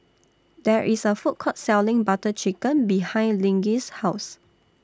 There IS A Food Court Selling Butter Chicken behind Lige's House